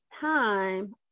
time